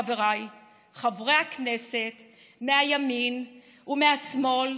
חבריי חברי הכנסת מהימין ומהשמאל,